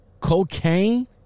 Cocaine